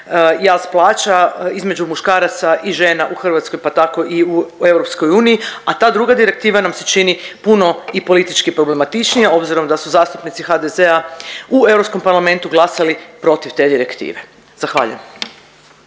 jaz plaća između muškaraca i žena u Hrvatskoj, pa tako i u EU, a ta druga direktiva nam se čini puno i politički problematičnija obzirom da su zastupnici HDZ-a u Europskom parlamentu glasali protiv te direktive, zahvaljujem.